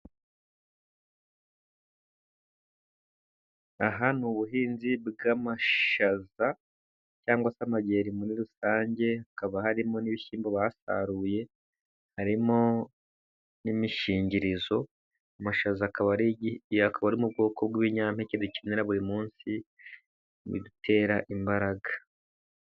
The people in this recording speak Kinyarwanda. Aha ni ubuhinzi bw'amashaza cyangwa se amajeri muri rusange, hakaba harimo n'ibishyimbo basaruye, harimo n'imishingirizo, amashaza akaba ari mu bwoko bw'ibinyampeke, dukenera buri munsi bidutera imbaraga.